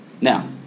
Now